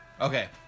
Okay